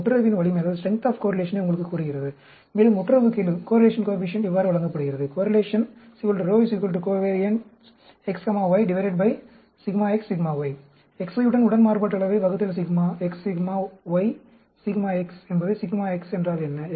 இது ஒட்டுறவின் வலிமையை உங்களுக்குக் கூறுகிறது மேலும் ஒட்டுறவுக்கெழு இவ்வாறு வழங்கப்படுகிறது X Y இன் உடன் மாறுபாட்டளவை sigma X sigma Y sigma X என்பது சிக்மா X என்றால் என்ன